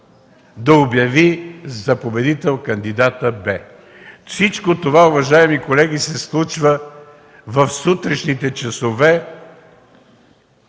да обяви за победител кандидата „Б”? Всичко това, уважаеми колеги, се случва в сутрешните часове.